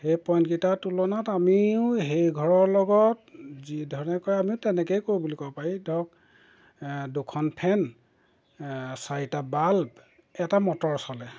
সেই পইন্ট কেইটাৰ তুলনাত আমিও সেইঘৰৰ লগত যিধৰণে কৰে আমিও তেনেকৈয়ে কৰোঁ বুলি ক'ব পাৰি ধৰক দুখন ফেন চাৰিটা বাল্ব এটা মটৰ চলে